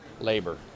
Labor